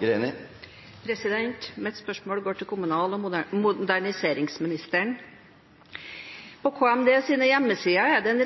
det en